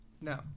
No